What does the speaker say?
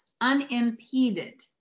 unimpeded